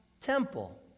temple